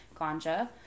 ganja